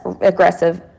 aggressive